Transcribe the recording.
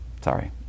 Sorry